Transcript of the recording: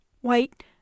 white